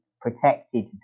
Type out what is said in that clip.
protected